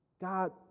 God